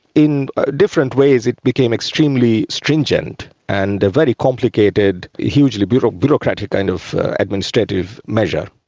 in different ways it became extremely stringent and a very complicated, hugely but bureaucratic kind of administrative measure.